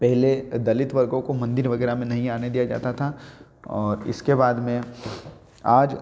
पहले दलित वर्गो को मंदिर वगैरह में नहीं आने दिया जाता था और इसके बाद में आज